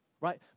right